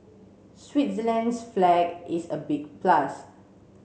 Switzerland's flag is a big plus